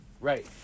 Right